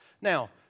Now